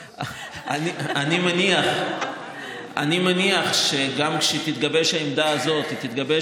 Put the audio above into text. אני מניח שגם כשתתגבש העמדה הזאת היא תתגבש